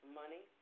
money